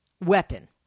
weapon